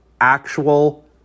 actual